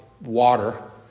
water